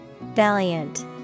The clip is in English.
valiant